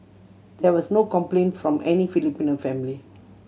there was no complaint from any Filipino family